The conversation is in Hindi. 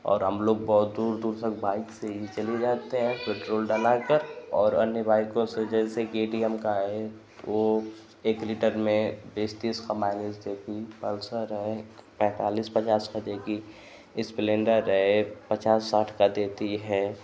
और हमलोग बहुत दूर दूर तक बाइक़ से ही चले जाते हैं पेट्रोल डलाकर और अन्य बाइक़ों से जैसे के टी एम का है वह एक लीटर में बीस तीस की माइलेज़ देती है पल्सर है पैँतालिस पचास का देगी और स्प्लेन्डर है पचास साठ का देती है